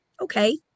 okay